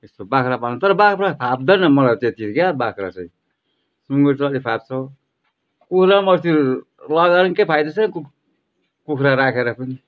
यस्तो बाख्रा पाल्नु तर बाख्रा फाप्दैन मलाई त्यति क्या बाख्रा चाहिँ सुँगुर चाहिँ अलि फाप्छ कोयलर मस्तिर वहाँ गएर नि केही फाइदा छैन कुखुरा राखेर पनि